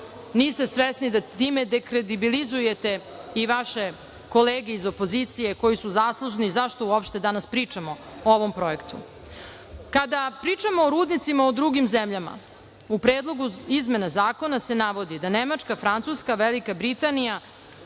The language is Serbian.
niste svesni da time dekredibilizujete i vaše kolege iz opozicije koji su zaslužni zašto uopšte danas pričamo o ovom projektu. Kada pričamo o rudnicima u drugim zemljama, u Predlogu izmene zakona se navodi da Nemačka, Francuska, Velika Britanija